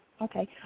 Okay